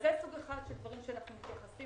זה סוג אחד של דברים שאנחנו מתייחסים